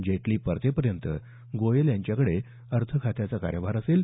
जेटली परतेपर्यंत गोयल यांच्याकडे अर्थखात्याचा कार्यभार असेल